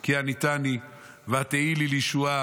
כי עניתני ותהי לי לישועה".